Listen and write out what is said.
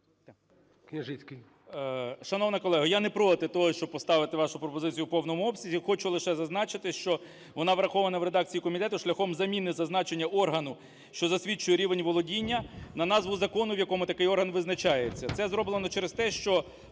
Шановна колего, я не проти того, щоб поставити вашу пропозицію в повному обсязі. Хочу лише зазначити, що вона врахована в редакції комітету шляхом заміни зазначення органу, що засвідчує рівень володіння на назву закону, в якому такий орган визначається. Це зроблено через те, що